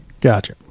Gotcha